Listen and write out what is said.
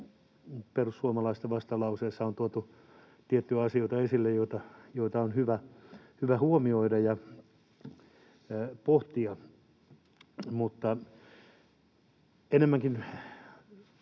perussuomalaisten vastalauseessa on tuotu esille tiettyjä asioita, joita on hyvä huomioida ja pohtia,